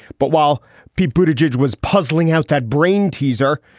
but while p. bruited jej was puzzling out that brain teaser,